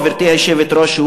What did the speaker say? גברתי היושבת-ראש,